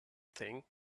thing